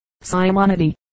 Simonetti